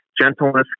gentleness